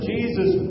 Jesus